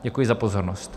Děkuji za pozornost.